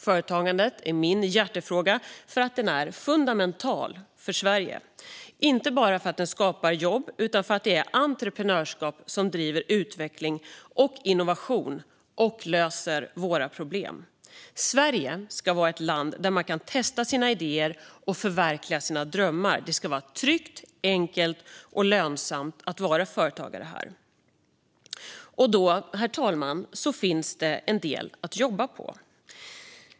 Företagandet är min hjärtefråga för att det är fundamentalt för Sverige - inte bara för att det skapar jobb utan för att det är entreprenörskap som driver utveckling och innovation och löser våra problem. Sverige ska vara ett land där man kan testa sina idéer och förverkliga sina drömmar. Det ska vara tryggt, enkelt och lönsamt att vara företagare här. Då, herr talman, finns det en del att jobba på.